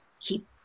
keep